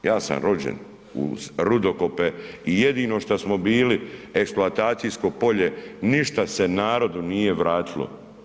Ja sam rođen uz rudokope i jedino što smo bili eksploatacijsko poje, ništa se narodu nije vratilo.